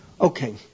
Okay